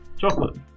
chocolate